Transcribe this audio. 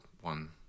one